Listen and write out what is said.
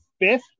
fifth